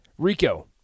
Rico